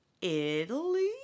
Italy